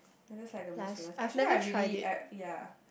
that's like the most famous actually I really uh ya